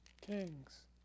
Kings